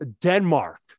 Denmark